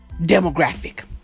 demographic